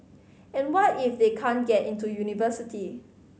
and what if they can't get into university